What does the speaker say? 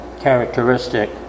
characteristic